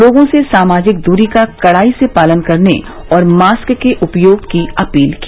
लोगों से सामाजिक दूरी का कड़ाई से पालन करने और मास्क के उपयोग की अपील की